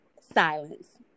Silence